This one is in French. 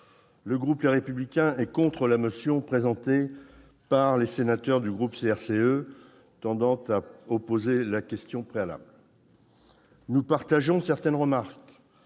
le groupe Les Républicains est contre la motion présentée par les sénateurs du groupe CRCE tendant à opposer la question préalable. Nous partageons certaines remarques